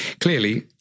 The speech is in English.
clearly